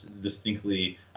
distinctly